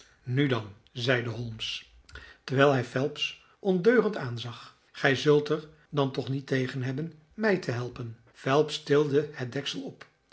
nu dan zeide holmes terwijl hij phelps ondeugend aanzag gij zult er dan toch niet tegen hebben mij te helpen phelps tilde het deksel op